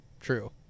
true